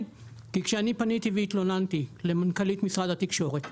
כי כשאני פניתי והתלוננתי למנכ"לית משרד התקשורת,